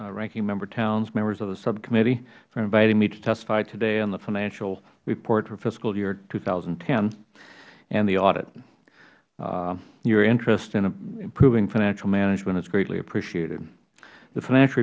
platts ranking member towns members of the subcommittee for inviting me to testify today on the financial report for fiscal year two thousand and ten and the audit your interest in improving financial management is greatly appreciated the financial